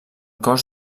cos